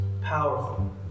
Powerful